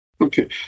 Okay